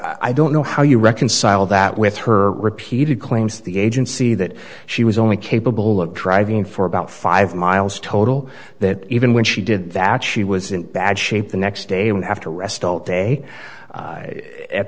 i don't know how you reconcile that with her repeated claims the agency that she was only capable of driving for about five miles total that even when she did that she was in bad shape the next day even after arrest all